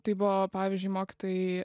tai buvo pavyzdžiui mokytojai